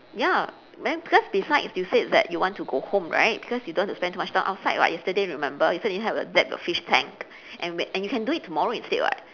ya then because besides you said that you want to go home right because you don't want to spend too much time outside [what] yesterday remember you said you have a that a fish tank and may you can do it tomorrow instead [what]